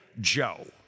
Joe